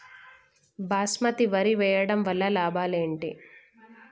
బాస్మతి వరి వేయటం వల్ల లాభాలు ఏమిటి?